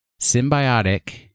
Symbiotic